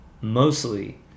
mostly